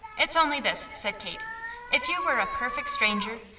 it's only this, said kate if you were a perfect stranger,